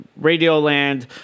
Radioland